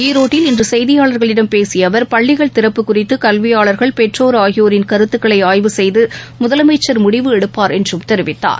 ஈரோட்டில் இன்று செய்தியாளர்களிடம் பேசிய அவர் பள்ளிகள் திறப்பு சுறித்து கல்வியாளர்கள் பெற்றோர் ஆகியோரின் கருத்துகளை ஆய்வு செய்து முதலமைச்சர் முடிவு எடுப்பார் என்றும் தெரிவித்தார்